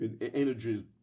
energy